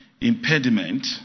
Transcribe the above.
impediment